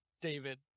David